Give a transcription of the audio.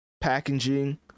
packaging